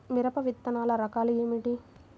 మిరప విత్తనాల రకాలు ఏమిటి?